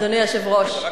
אדוני היושב-ראש,